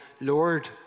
Lord